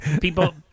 People